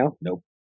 Nope